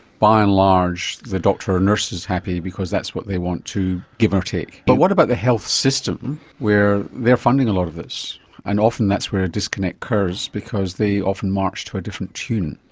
by and large the doctor or nurse is happy because that's what they want too, give or take. but what about the health system where they're funding a lot of this and often that's where a disconnect occurs because they often march to a different tune?